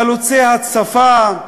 חלוצי השפה,